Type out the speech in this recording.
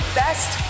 best